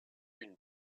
une